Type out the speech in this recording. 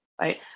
Right